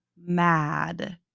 mad